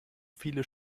viele